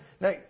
Now